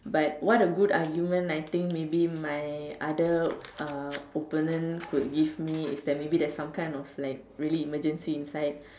but what a good argument I think maybe my other uh opponent could give me is that maybe there's some kind of like really emergency inside